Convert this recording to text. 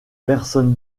personne